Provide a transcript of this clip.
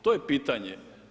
To je pitanje.